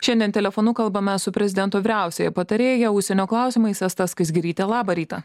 šiandien telefonu kalbame su prezidento vyriausiąja patarėja užsienio klausimais asta skaisgiryte labą rytą